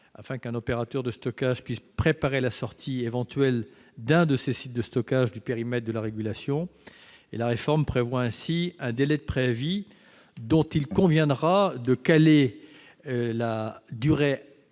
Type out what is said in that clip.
afin qu'un opérateur de stockage puisse préparer la sortie éventuelle d'un de ses sites de stockage du périmètre de la régulation. La réforme prévoit ainsi un délai de préavis, dont il conviendra de définir la durée